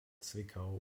zwickau